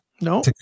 No